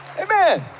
Amen